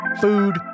food